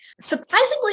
surprisingly